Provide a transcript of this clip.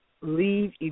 leave